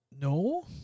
no